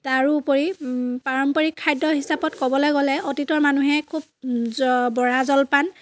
তাৰোপৰি পাৰম্পৰিক খাদ্য হিচাপত ক'বলৈ গ'লে অতীতৰ মানুহে খুব বৰা জলপান